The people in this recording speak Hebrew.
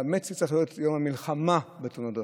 האמת, זה צריך להיות "יום המלחמה בתאונות דרכים".